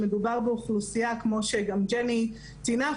שמדובר באוכלוסייה כמו שגם ג'רי ציינה,